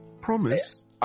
promise